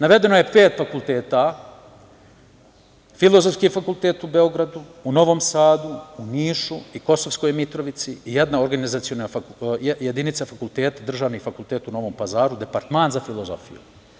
Navedeno je pet fakulteta: Filozofski fakultet u Beogradu, Novom Sadu u Nišu, u Kosovskoj Mitrovici i jedna organizaciona jedinica fakulteta, državni fakultet u Novom Pazaru, departman za filozofiju.